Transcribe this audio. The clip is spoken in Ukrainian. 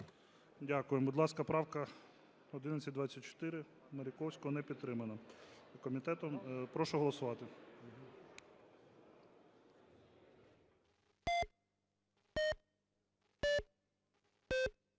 Дякую. Будь ласка, правка 1124 Маріковського. Не підтримана комітетом. Прошу голосувати.